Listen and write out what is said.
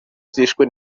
zishwe